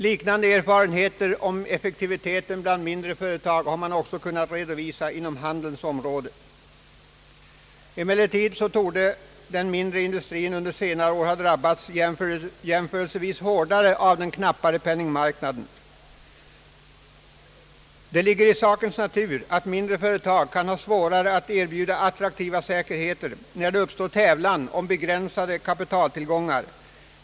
Liknande erfarenheter om effektiviteten bland mindre företag har kunnat redovisas inom handelns område. Emellertid torde den mindre industrin ha drabbats jämförelsevis hårdare av den knappare penningmarknaden. Den mindre företagsamheten hävdade sig tämligen väl under början av 1960 talet, men de senaste två åren har visat en sjunkande kurva. Det ligger i sakens natur att mindre företag kan ha svårare att erbjuda attraktiva säkerheter när det uppstår tävlan om begränsade kapitaltillgångar.